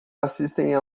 assistem